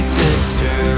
sister